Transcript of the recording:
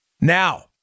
Now